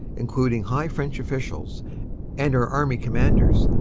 including high french officials and our army com manders,